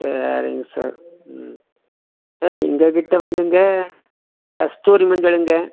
சரிங்க சார் ம் சார் எங்கக்கிட்டே வந்துங்க கஸ்தூரி மஞ்சள்ங்க